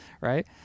right